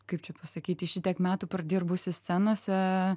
kaip čia pasakyti šitiek metų pradirbusi scenose